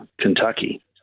Kentucky